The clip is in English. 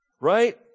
right